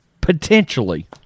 potentially